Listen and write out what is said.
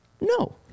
No